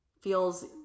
feels